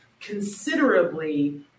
considerably